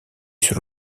sur